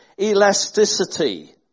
elasticity